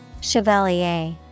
Chevalier